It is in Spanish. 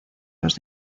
los